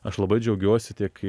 aš labai džiaugiuosi tiek